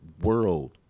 world